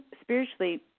spiritually